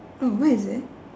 oh where is it